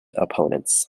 opponents